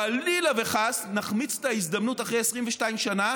חלילה וחס נחמיץ את ההזדמנות אחרי 22 שנה,